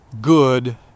good